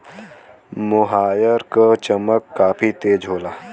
मोहायर क चमक काफी तेज होला